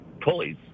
pulleys